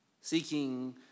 Seeking